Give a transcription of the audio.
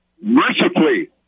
mercifully